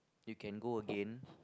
you can go a gain